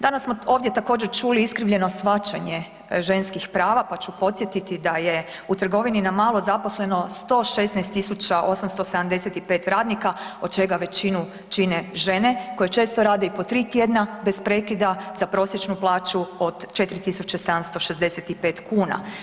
Danas smo ovdje također čuli iskrivljeno shvaćanje ženskih prava, pa ću podsjetiti da je u trgovini na malo zaposleno 116 875 radnika od čega većinu čine žene koje često rade i po 3 tjedna bez prekida za prosječnu plaću od 4.765 kuna.